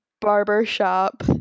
barbershop